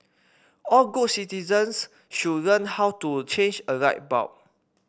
all good citizens should learn how to change a light bulb